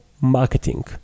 marketing